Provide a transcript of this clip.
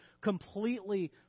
completely